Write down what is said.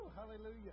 Hallelujah